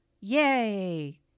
Yay